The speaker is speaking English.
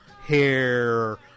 Hair